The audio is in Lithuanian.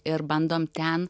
ir bandom ten